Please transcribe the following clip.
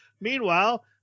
Meanwhile